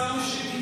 שר משיב,